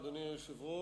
אדוני היושב-ראש,